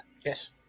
yes